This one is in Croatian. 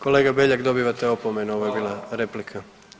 Kolega Beljak dobivate opomenu ovo je bila replika.